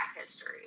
history